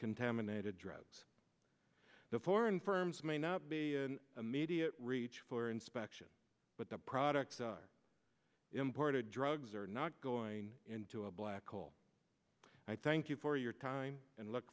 contaminated drugs the foreign firms may not be immediate reach for inspection but the products are imported drugs are not going into a black hole i thank you for your time and look